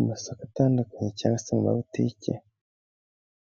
Amasoko atandukanye cyangwa se mu mabutike